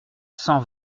cent